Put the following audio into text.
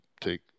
take